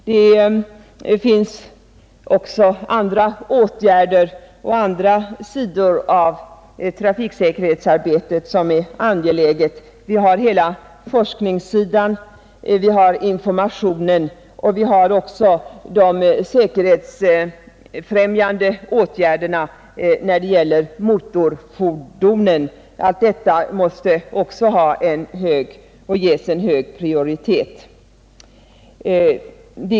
Det finns också andra sidor av trafiksäkerhetsarbetet som är angelägna: forskning, information, säkerhetsfrämjande åtgärder på motorfordonen — allt detta måste också ges en hög prioritet.